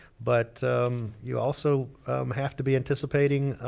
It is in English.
but you also have to be anticipating